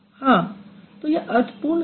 हाँ तो यह अर्थपूर्ण है